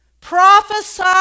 prophesy